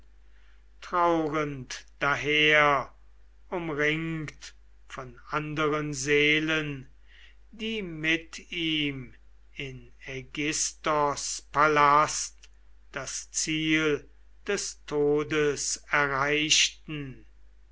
trauernd daher umringt von anderen seelen die mit ihm in aigisthos palaste das ziel des todes erreichten